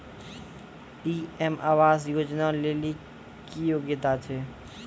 PM Awas Yojana लेली की योग्यता छै?